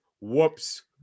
Whoops